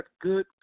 good